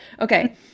Okay